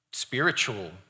spiritual